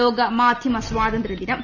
ഇന്ന് ലോക മാധ്യമ സ്വാതന്ത്ര്യ ദിനം